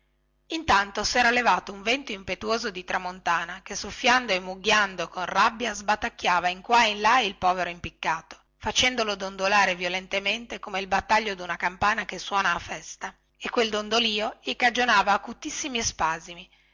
intanto sera levato un vento impetuoso di tramontana che soffiando e mugghiando con rabbia sbatacchiava in qua e in là il povero impiccato facendolo dondolare violentemente come il battaglio di una campana che suona a festa e quel dondolìo gli cagionava acutissimi spasimi